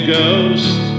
ghost